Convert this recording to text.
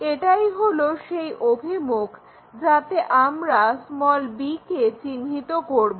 এটাই হলো সেই অভিমুখ যাতে আমরা b কে চিহ্নিত করবো